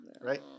Right